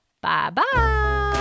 Bye-bye